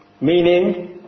meaning